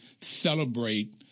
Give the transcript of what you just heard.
celebrate